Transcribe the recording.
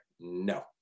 no